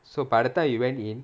so by the time we went in